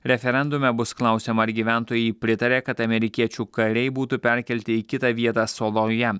referendume bus klausiama ar gyventojai pritaria kad amerikiečių kariai būtų perkelti į kitą vietą soloje